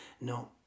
no